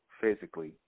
physically